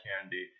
candy